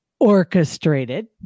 orchestrated